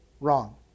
wrong